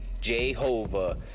Jehovah